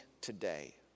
today